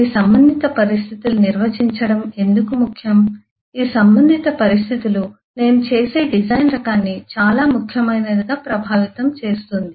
ఈ సంబంధింత పరిస్థితులు నిర్వచించడం ఎందుకు ముఖ్యం ఈ సంబంధింత పరిస్థితులు నేను చేసే డిజైన్ రకాన్ని చాలా ముఖ్యమైనదిగా ప్రభావితం చేస్తుంది